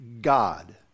God